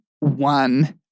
One